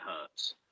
hurts